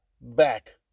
back